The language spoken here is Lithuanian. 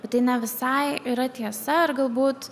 bet tai ne visai yra tiesa ar galbūt